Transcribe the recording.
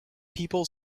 people